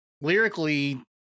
lyrically